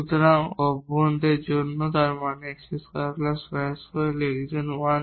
সুতরাং অভ্যন্তের জন্য তার মানে x2 y2 1